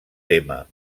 tema